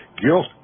guilt